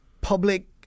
public